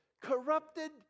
corrupted